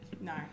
No